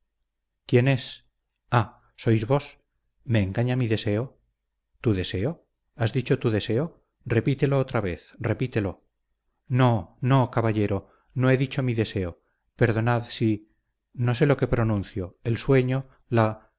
quién es ah sois vos me engaña mi deseo tu deseo has dicho tu deseo repítelo otra vez repítelo no no caballero no he dicho mi deseo perdonad si no sé lo que pronuncio el sueño la